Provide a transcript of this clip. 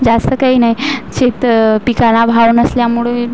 जास्त काही नाही शेत पिकांना भाव नसल्यामुळे